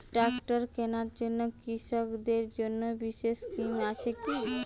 Tractor কেনার জন্য কৃষকদের জন্য বিশেষ স্কিম আছে কি?